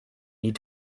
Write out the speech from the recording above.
need